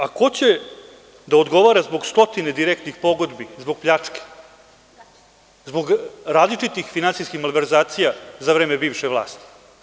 A ko će da odgovara zbog stotine direktnih pogodbi, zbog pljački, zbog različitih finansijskih malverzacija za vreme bivše vlasti?